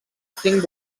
cinc